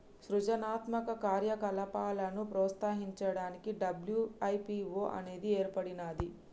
సృజనాత్మక కార్యకలాపాలను ప్రోత్సహించడానికి డబ్ల్యూ.ఐ.పీ.వో అనేది ఏర్పడినాది